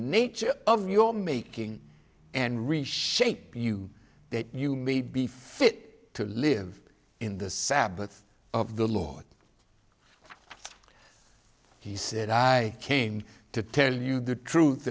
nature of your making and reshape you that you may be fit to live in the sabbath of the lord he said i came to tell you the truth